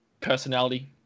personality